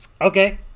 Okay